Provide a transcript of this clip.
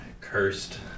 cursed